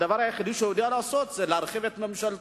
שהדבר היחיד שהוא יודע לעשות זה להרחיב את ממשלתו.